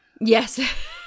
Yes